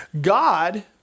God